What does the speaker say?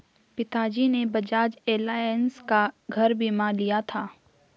पिताजी ने बजाज एलायंस का घर बीमा लिया था